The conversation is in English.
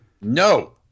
No